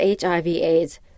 HIV-AIDS